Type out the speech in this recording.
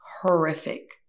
horrific